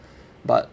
but